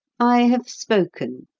i have spoken.